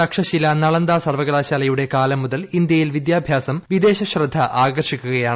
തക്ഷശില നളന്ദ സർവകലാശാലയുടെ കാലം മുതൽ ഇന്ത്യയിലെ വിദ്യാഭ്യാസം വിദേശ ശ്രദ്ധ ആകർഷിക്കുകയാണ്